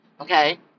okay